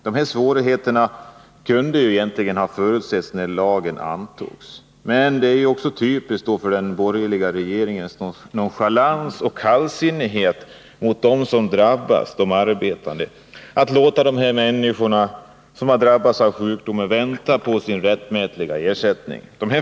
De här svårigheterna kunde ha förutsetts när lagen antogs. Men det är också typiskt för den borgerliga regeringens nonchalans och kallsinnighet mot dem som drabbats av sjukdomar — de arbetande — att låta dem vänta på sin rättmätiga ersättning.